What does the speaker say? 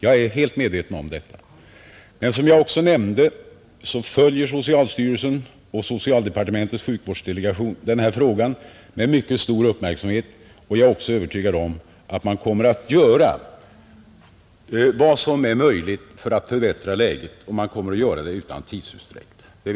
Jag är helt medveten om detta. Men som jag också nämnde följer socialstyrelsen och socialdepartementets sjukvårdsdelegation denna fråga med mycket stor uppmärksamhet, och jag är övertygad om att man kommer att göra vad som är möjligt för att förbättra läget, och man kommer att göra det utan tidsutdräkt.